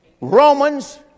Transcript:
Romans